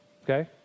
Okay